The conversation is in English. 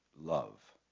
love